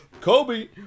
Kobe